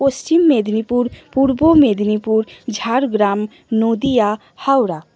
Paschim Medinipur Purba Medinipur Jhargram Nadia Howrah